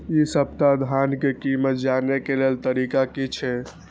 इ सप्ताह धान के कीमत जाने के लेल तरीका की छे?